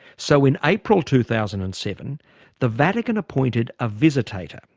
so in april two thousand and seven the vatican appointed a visitator,